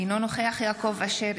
אינו נוכח יעקב אשר,